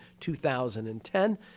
2010